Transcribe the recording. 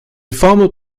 formal